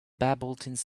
babbled